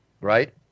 Right